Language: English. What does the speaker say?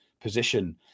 position